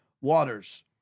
Waters